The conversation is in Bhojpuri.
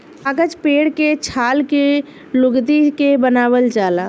कागज पेड़ के छाल के लुगदी के बनावल जाला